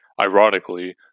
Ironically